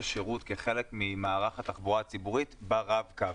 השירות כחלק ממערך התחבורה הציבורית ברב-קו.